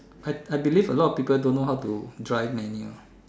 I I believe a lot of people don't know how to drive manual